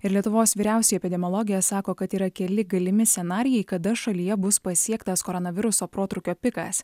ir lietuvos vyriausioji epidemiologė sako kad yra keli galimi scenarijai kada šalyje bus pasiektas koronaviruso protrūkio pikas